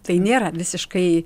tai nėra visiškai